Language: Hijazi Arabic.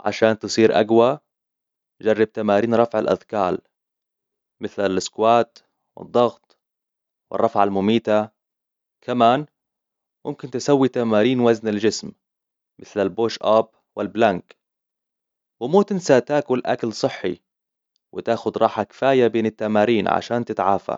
عشان تصير أقوى، جرب تمارين رفع الأثقال، مثل الإسكوات والضغط والرفع المميتة. كمان ممكن تسوي تمارين وزن الجسم، مثل البوش أب والبلانك. ومو تنسى تاكل أكل صحي وتاخد راحة كفاية بين التمارين عشان تتعافى.